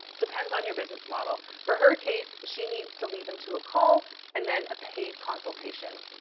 depends on your business model. for her case, she needs to lead them to a call and then a paid consultation.